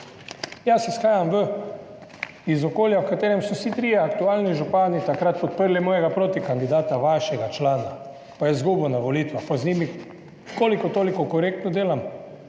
Jaz izhajam iz okolja, v katerem so vsi trije aktualni župani takrat podprli mojega protikandidata, vašega člana, pa je izgubil na volitvah, in z njimi kolikor toliko korektno delam.